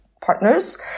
partners